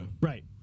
Right